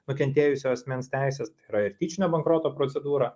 nukentėjusio asmens teises tai yra ir tyčinio bankroto procedūra